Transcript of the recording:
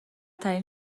ترین